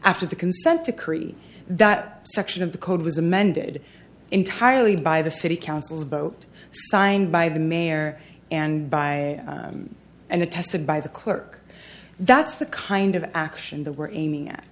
after the consent decree that section of the code was amended entirely by the city council vote signed by the mayor and by him and attested by the clerk that's the kind of action the we're aiming at